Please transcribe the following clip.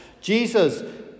Jesus